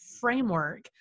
framework